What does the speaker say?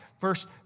verse